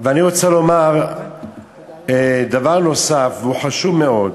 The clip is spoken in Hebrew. ואני רוצה לומר דבר נוסף, והוא חשוב מאוד,